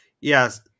Yes